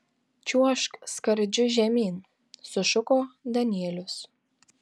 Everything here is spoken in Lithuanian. čiuožk skardžiu žemyn sušuko danielius